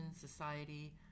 society